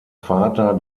vater